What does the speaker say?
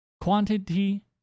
quantity